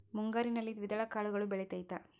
ಮುಂಗಾರಿನಲ್ಲಿ ದ್ವಿದಳ ಕಾಳುಗಳು ಬೆಳೆತೈತಾ?